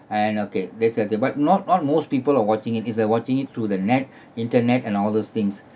and okay that's a divide not all most people are watching it it's a watching it through the net internet and all those things